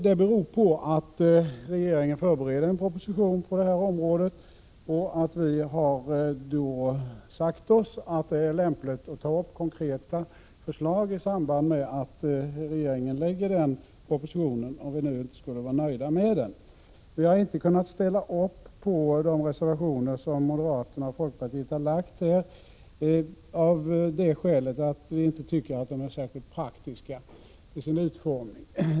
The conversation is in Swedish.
Det beror på att regeringen förbereder en proposition på det här området och att vi då har sagt oss att det är lämpligt att ta upp konkreta förslag i samband med att regeringen lägger fram den propositionen, om vi inte skulle vara nöjda med den. Vi har inte kunnat ställa upp på moderaternas och folkpartiets reservationer av det skälet att vi inte tycker att de är särskilt praktiska i sin utformning.